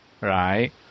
right